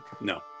No